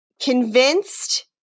convinced